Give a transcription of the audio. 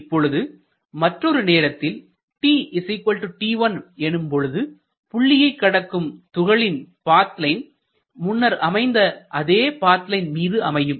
இப்பொழுது மற்றொரு நேரத்தில் tt1 எனும்போது புள்ளியைக் கடக்கும் துகளின் பாத் லைன் முன்னர் அமைந்த அதே பாத் லைன் மீது அமையும்